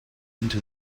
into